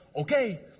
Okay